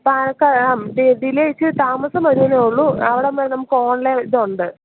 പാലക്കാ മ്മ് ഡിലെ ഇച്ചിരി താമസം വരും എന്നേ ഉള്ളു അവടെ നമുക്ക് ഓൺലൈൻ ഇതുണ്ട്